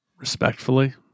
Respectfully